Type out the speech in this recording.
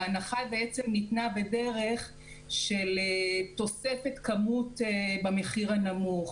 ההנחה ניתנה בדרך של תוספת כמות במחיר הנמוך,